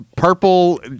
Purple